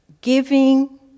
Giving